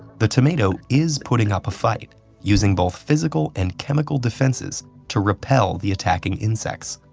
the tomato is putting up a fight using both physical and chemical defenses to repel the attacking insects.